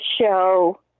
show